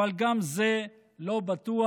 וגם זה לא בטוח.